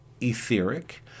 etheric